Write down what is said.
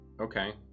Okay